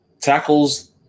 tackles